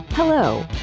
Hello